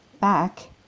back